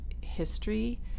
history